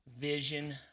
Vision